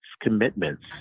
commitments